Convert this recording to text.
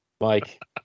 Mike